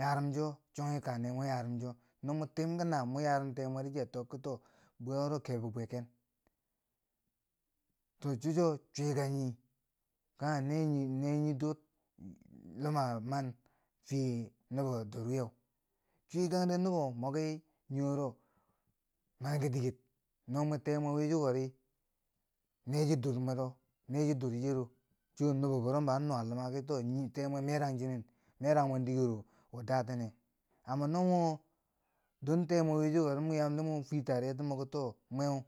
yarum cho, chunghi kaa nemwe yarum cho, no mo tim ki naa mo yarum temweri chi a tokki to bwewo kebo bwe ken, to cho chuwo cwika nii kanghe ne nii ne nii dur luma man fiye nubo dur wiyeu, chuwekande nubo moki nii wuro manki diker, no mwe temwe wi chiko ri, ne ki dur mwero, ne chi dur chiyero chiye nubom burom bo a nuwa luma ki temwe merang chinen merang mwen dikero datenneu amma no mo don temwe wi chiko ri mo yam mo fwi taryetiri muki to mweu.